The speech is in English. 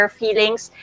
feelings